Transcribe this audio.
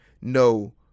No